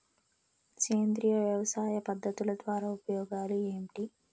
సేంద్రియ వ్యవసాయ పద్ధతుల ద్వారా ఉపయోగాలు ఏంటి?